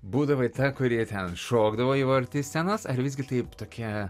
būdavai ta kuri ten šokdavo jau arti scenos ar visgi taip tokia